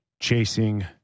chasing